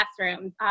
classrooms